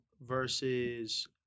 versus